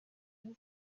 hehe